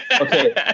Okay